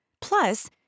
Plus